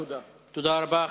תודה רבה.